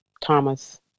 Thomas